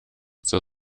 zur